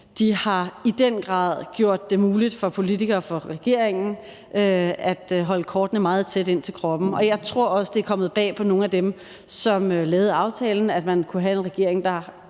i den grad har gjort det muligt for politikere og for regeringen at holde kortene meget tæt ind til kroppen. Og jeg tror også, det er kommet bag på nogle af dem, som lavede aftalen, at man kunne have en regering, som